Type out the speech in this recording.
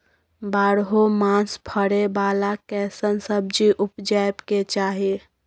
बारहो मास फरै बाला कैसन सब्जी उपजैब के चाही?